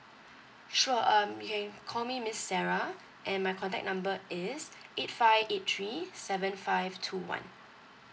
sure um you can call me miss sara and my contact number is eight five eight three seven five two one